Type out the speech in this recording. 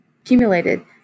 accumulated